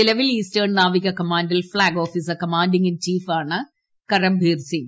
നിലവിൽ ഈസ്റ്റേൺ നാ്വിക കമാൻഡിൽ ഫ്ളാഗ് ഓഫീസർ കമാൻഡിങ് ഇൻ ചീഫാണ് കരംഭീർ സിങ്